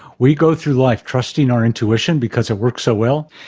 we go through life trusting our intuition because it works so well,